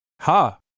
Ha